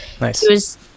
Nice